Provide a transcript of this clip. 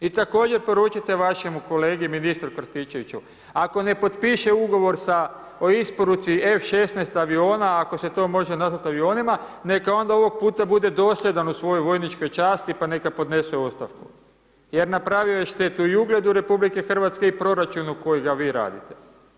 I također poručite vašemu kolegi ministru Krstičeviću, ako ne potpiše ugovor o isporuci F-16 aviona, ako se to može nazvati avionima, neka onda ovoga puta bude dosljedan u svojoj vojničkoj časti pa neka podnese ostavku, jer napravio je štetu, i ugledu Republike Hrvatske, i proračunu kojega vi radite.